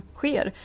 sker